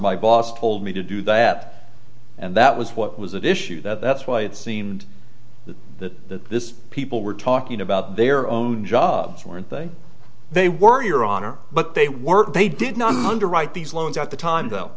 my boss told me to do that and that was what was at issue that's why it seemed that the this people were talking about their own jobs were and they were your honor but they weren't they did not underwrite these loans at the time though